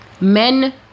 Men